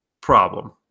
problem